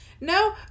no